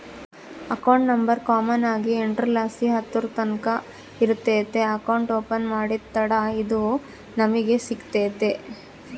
account number common ಆಗಿ ಎಂಟುರ್ಲಾಸಿ ಹತ್ತುರ್ತಕನ ಇರ್ತತೆ ಅಕೌಂಟ್ ಓಪನ್ ಮಾಡತ್ತಡ ಇದು ನಮಿಗೆ ಸಿಗ್ತತೆ